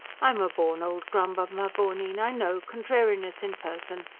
i'm a born old grumbler, mavourneen, i know contrariness in person!